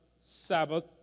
Sabbath